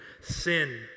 Sin